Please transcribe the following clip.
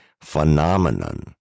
phenomenon